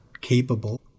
capable